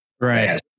Right